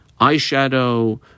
eyeshadow